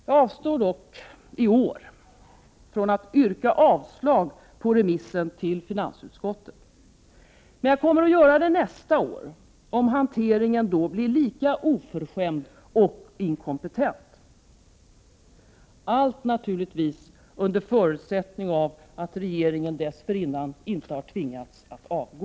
Jag avstår dock i år från att yrka avslag på remissen till finansutskottet. Men jag kommer att göra det nästa år om hanteringen då blir lika oförskämd och inkompetent. Allt naturligtvis under förutsättning att regeringen dessförinnan inte har tvingats att avgå.